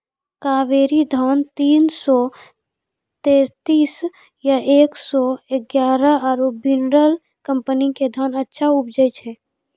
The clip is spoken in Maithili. कावेरी धान तीन सौ तेंतीस या एक सौ एगारह आरु बिनर कम्पनी के धान अच्छा उपजै छै?